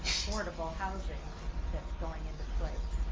affordable housing that's going into place.